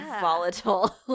volatile